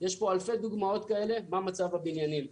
יש פה אלפי דוגמאות כאלה מה מצב הבניינים.